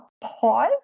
pause